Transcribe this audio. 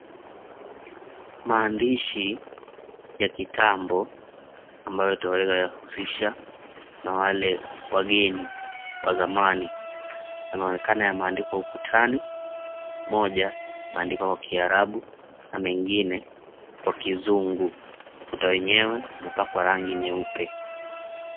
Maandishi ya kitambo, ambayo tuwaweza yahusisha na wale wageni wa zamani, yanaonekana yameandikwa ukutani. Moja imeandikwa kwa kiarabu na mengine kwa kizungu. Ukuta wenyewe umepakwa rangi nyeupe.